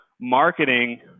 marketing